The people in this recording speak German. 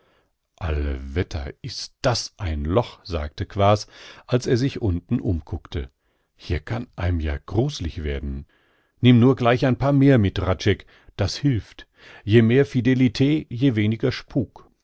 alle wetter is das ein loch sagte quaas als er sich unten umkuckte hier kann einem ja gruslig werden nimm nur gleich ein paar mehr mit hradscheck das hilft je mehr fidelit je weniger spuk